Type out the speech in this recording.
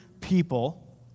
people